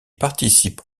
participe